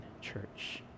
church